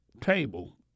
table